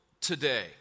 today